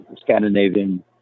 Scandinavian